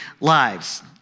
lives